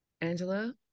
Angela